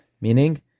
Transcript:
meaning